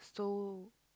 so